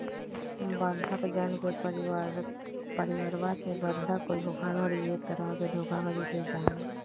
बंधक जन के परिवरवा से बंधक धोखाधडी एक तरह के धोखाधडी के जाहई